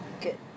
Good